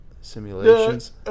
simulations